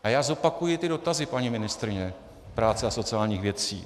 A já zopakuji ty dotazy, paní ministryně práce a sociálních věcí.